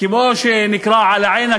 כמו שנקרא "עלא עינכּ,